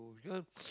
because